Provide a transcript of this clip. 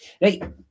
Right